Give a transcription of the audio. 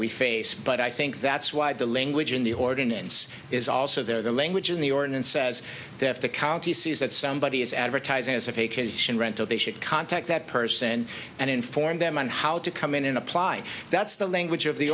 we face but i think that's why the language in the ordinance is also there the language in the ordinance says they have to county sees that somebody is advertising as if a condition rental they should contact that person and inform them on how to come in and apply that's the language of the